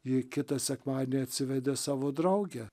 ji kitą sekmadienį atsivedė savo draugę